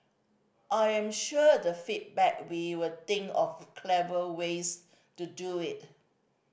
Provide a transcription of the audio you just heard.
I am sure the feedback we'll think of clever ways to do it